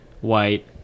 white